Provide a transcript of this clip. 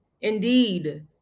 Indeed